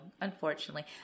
unfortunately